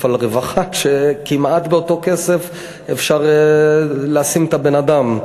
על רווחה כשכמעט באותו כסף אפשר להשים את האדם?